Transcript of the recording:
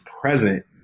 present